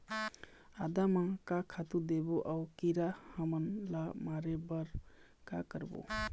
आदा म का खातू देबो अऊ कीरा हमन ला मारे बर का करबो?